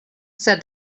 said